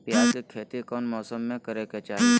प्याज के खेती कौन मौसम में करे के चाही?